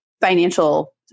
financial